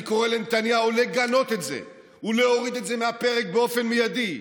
אני קורא לנתניהו לגנות את זה ולהוריד את זה מהפרק באופן מיידי.